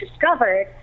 discovered